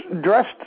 dressed